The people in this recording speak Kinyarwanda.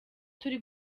turi